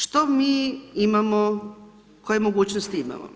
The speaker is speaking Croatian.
Što mi imamo, koje mogućnosti imamo?